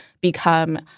become